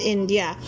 India